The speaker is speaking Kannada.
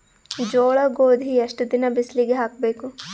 ಜೋಳ ಗೋಧಿ ಎಷ್ಟ ದಿನ ಬಿಸಿಲಿಗೆ ಹಾಕ್ಬೇಕು?